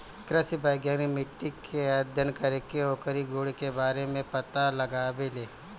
कृषि वैज्ञानिक मिट्टी के अध्ययन करके ओकरी गुण के बारे में पता लगावेलें